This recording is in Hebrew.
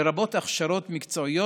לרבות הכשרות מקצועיות,